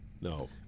No